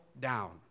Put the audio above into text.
down